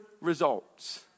results